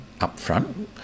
upfront